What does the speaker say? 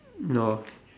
no